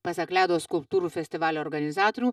pasak ledo skulptūrų festivalio organizatorių